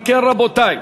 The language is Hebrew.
אם כן, רבותי,